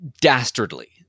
dastardly